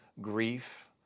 grief